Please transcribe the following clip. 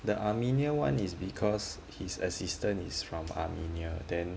the armenia one is because his assistant is from armenia then